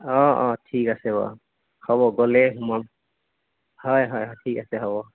অঁ অঁ ঠিক আছে বাৰু হ'ব গ'লেই সোমাম হয় হয় ঠিক আছে হ'ব